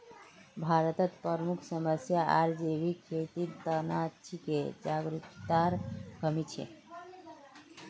भारतत प्रमुख समस्या आर जैविक खेतीर त न छिके जागरूकतार कमी